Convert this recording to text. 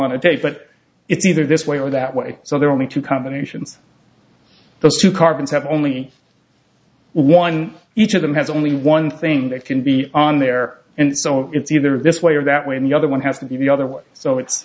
take but it's either this way or that way so there are only two combinations those two carbons have only one each of them has only one thing that can be on there and so it's either this way or that way and the other one has to be the other one so it's